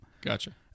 Gotcha